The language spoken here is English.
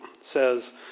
says